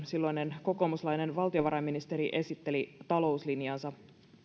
silloinen kokoomuslainen valtiovarainministeri esitteli talouslinjansa